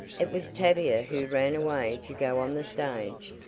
it was tavia who ran away to go on the stage,